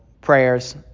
prayers